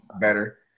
better